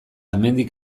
hemendik